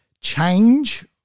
change